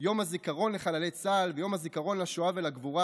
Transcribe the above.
יום הזיכרון לחללי צה"ל ויום הזיכרון לשואה ולגבורה,